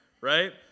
Right